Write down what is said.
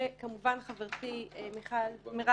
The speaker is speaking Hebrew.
וכמובן חברתי מרב